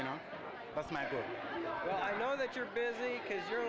you know i know that you're busy because you're